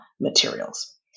materials